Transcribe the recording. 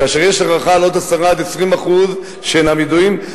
כאשר יש עוד 10% 20% שאינם ידועים.